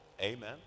Amen